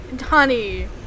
Honey